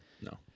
No